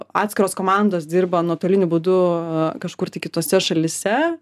atskiros komandos dirba nuotoliniu būdu kažkur tai kitose šalyse